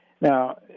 Now